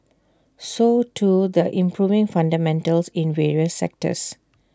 so too the improving fundamentals in various sectors